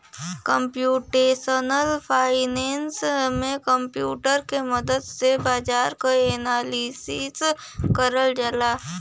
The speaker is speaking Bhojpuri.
कम्प्यूटेशनल फाइनेंस में कंप्यूटर के मदद से बाजार क एनालिसिस करल जाला